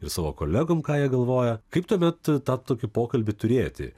ir savo kolegom ką jie galvoja kaip tuomet tą tokį pokalbį turėti